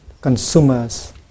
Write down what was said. consumers